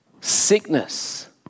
Sickness